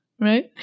right